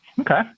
Okay